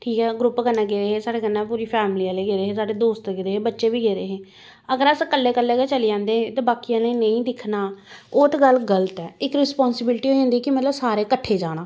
ठीक ऐ ग्रुप कन्नै गे हे साढ़े कन्नै पूरी फैमली आह्ले गेदे हे साढ़े दोस्त गेदे हे बच्चे बी गेदे हे अगर अस कल्ले कल्ले गै चली जंदे हे ते बाकी आह्लें गी नेईं दिक्खना ओह् ते गल्ल गलत ऐ इक रिस्पासिबिलटी होंदी कि मतलब सारें कट्ठे जाना